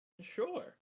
sure